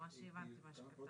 אם אתם רוצים